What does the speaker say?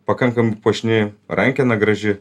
pakankamai puošni rankena graži